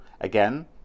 Again